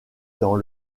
dans